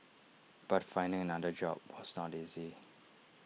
but finding another job was not easy